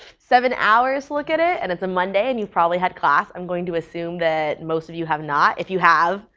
seven hours to look at it and it's a monday and you've probably had class, i'm going to assume that most of you have not. if you have,